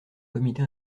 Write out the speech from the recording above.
comité